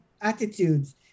attitudes